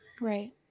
Right